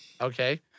Okay